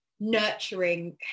nurturing